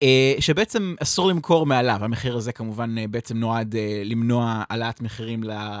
שבעצם אסור למכור מעליו. המחיר הזה, כמובן, בעצם נועד למנוע העלאת מחירים ל...